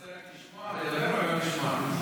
אתה רוצה רק לדבר או גם לשמוע?